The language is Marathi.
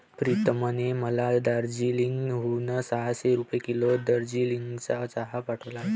प्रीतमने मला दार्जिलिंग हून सहाशे रुपये किलो दार्जिलिंगचा चहा पाठवला आहे